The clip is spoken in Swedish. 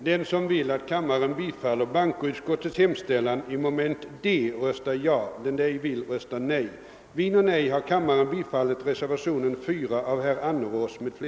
Herr talman! Hör på litet, fru Frenkel! Jag har inte sagt att man skall arbeta bara 1 det tysta. den det ej vill röstar nej.